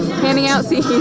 handing out seeds.